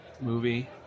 movie